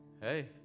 Hey